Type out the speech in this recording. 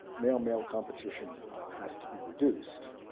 male male competition has to be reduced.